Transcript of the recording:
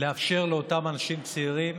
לאפשר לאותם אנשים צעירים